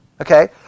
Okay